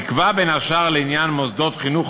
ייקבע בין השאר לעניין מוסדות חינוך